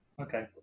Okay